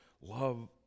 love